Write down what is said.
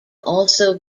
also